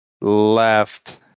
left